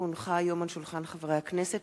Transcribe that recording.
כי הונחה היום על שולחן הכנסת,